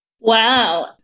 Wow